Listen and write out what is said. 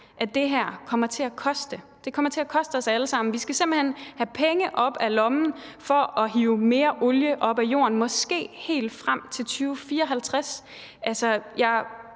at det her kommer til at koste. Det kommer til at koste os alle sammen; vi skal simpelt hen have penge op af lommen for at hive mere olie op af jorden, måske helt frem til 2054. Altså, jeg